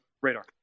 radar